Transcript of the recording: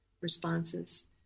responses